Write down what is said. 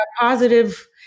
positive